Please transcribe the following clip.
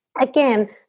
again